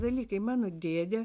dalykai mano dėdė